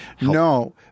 No